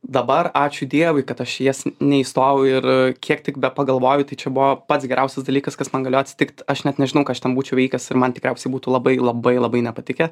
dabar ačiū dievui kad aš į jas neįstojau ir kiek tik bepagalvoju tai čia buvo pats geriausias dalykas kas man galėjo atsitikt aš net nežinau ką aš ten būčiau veikęs ir man tikriausiai būtų labai labai labai nepatikę